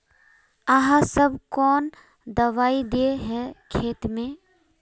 आहाँ सब कौन दबाइ दे है खेत में?